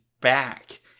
back